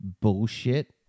bullshit